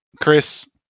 Chris